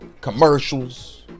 commercials